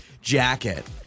jacket